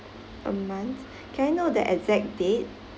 month can I know the exact date